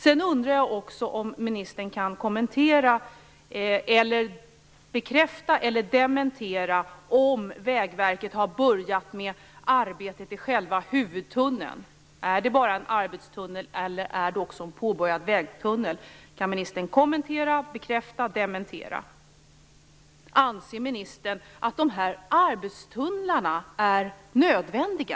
Jag undrar också om ministern kan kommentera, bekräfta eller dementera om Vägverket har börjat arbetet i själva huvudtunneln. Är det bara en arbetstunnel, eller är det också en påbörjad vägtunnel? Kan ministern kommentera, bekräfta eller dementera? Anser ministern att de här arbetstunnlarna är nödvändiga?